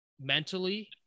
mentally